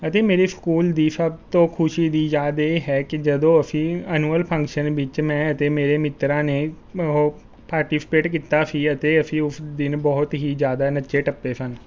ਅਤੇ ਮੇਰੇ ਸਕੂਲ ਦੀ ਸਭ ਤੋਂ ਖੁਸ਼ੀ ਦੀ ਯਾਦ ਇਹ ਹੈ ਕਿ ਜਦੋਂ ਅਸੀਂ ਐਨੂਅਲ ਫੰਕਸ਼ਨ ਵਿੱਚ ਮੈਂ ਅਤੇ ਮੇਰੇ ਮਿੱਤਰਾਂ ਨੇ ਉਹ ਪਾਰਟੀਸਪੇਟ ਕੀਤਾ ਸੀ ਅਤੇ ਅਸੀਂ ਉਸ ਦਿਨ ਬਹੁਤ ਹੀ ਜ਼ਿਆਦਾ ਨੱਚੇ ਟੱਪੇ ਸਨ